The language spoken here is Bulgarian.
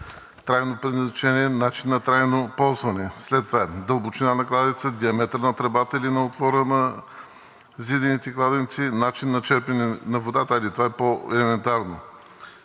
трайно предназначение, начин на трайно ползване. След това – дълбочина на кладенеца, диаметър на тръбата или на отвора на зиданите кладенци, начин на черпене на водата. Хайде, това е по-елементарно.